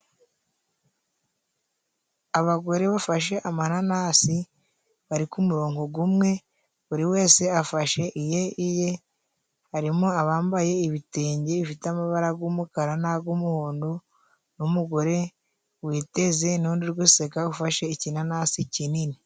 Abagore bafashe amananasi bari ku muronko gumwe buri wese afashe iye iye, harimo abambaye ibitenge bifite amabara g'umukara n'ag'umuhondo, n'umugore witeze n'undi uri guseka ufashe ikinanasi kinini.